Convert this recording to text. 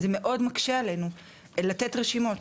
זה מאוד מקשה עלינו לתת רשימות,